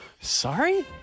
Sorry